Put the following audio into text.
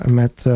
met